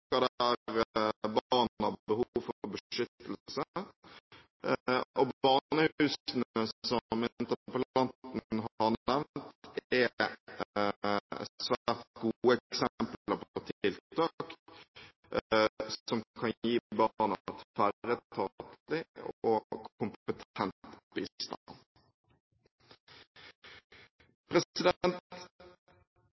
behov for beskyttelse. Og barnehusene, som interpellanten har nevnt, er svært gode eksempler på tiltak som kan gi barna tverretatlig og kompetent